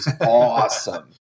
awesome